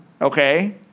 Okay